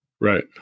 right